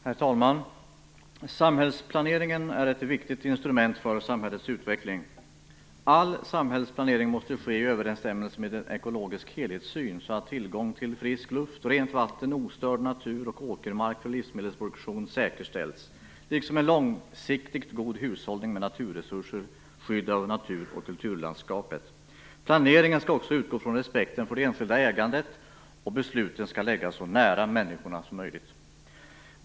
Herr talman! Samhällsplaneringen är ett viktigt instrument för samhällets utveckling. All samhällsplanering måste ske i överensstämmelse med en ekologisk helhetssyn så att tillgång till frisk luft, rent vatten, ostörd natur och åkermark för livsmedelsproduktion säkerställs liksom en långsiktigt god hushållning med naturresurser och skydd av natur och kulturlandskapet. Planeringen skall också utgå från respekten för det enskilda ägandet, och besluten skall läggas så nära människorna som möjligt.